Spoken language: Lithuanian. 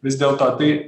vis dėlto tai